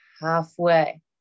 halfway